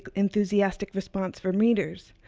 ah enthusiastic response from readers.